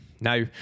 Now